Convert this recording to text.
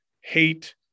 hate